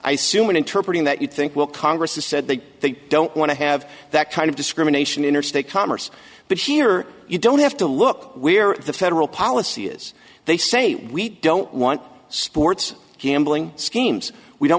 i soon interpret that you think well congress has said that they don't want to have that kind of discrimination interstate commerce but here you don't have to look where the federal policy is they say we don't want sports gambling schemes we don't